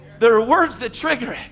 there are words that trigger.